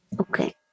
Okay